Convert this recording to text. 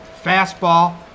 fastball